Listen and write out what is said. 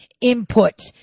input